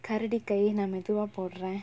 னா மெதுவா போர:naa methuvaa pora